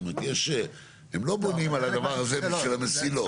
יש, הם לא בונים על הדבר הזה של המסילות.